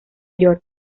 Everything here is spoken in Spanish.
york